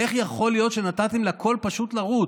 איך יכול להיות שנתת לכול פשוט לרוץ?